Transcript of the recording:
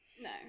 no